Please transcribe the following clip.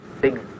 big